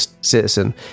citizen